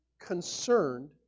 concerned